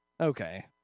Okay